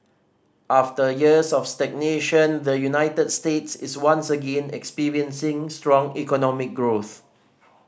after years of stagnation the United States is once again experiencing strong economic growth